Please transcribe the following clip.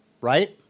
right